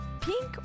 Pink